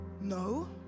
No